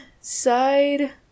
side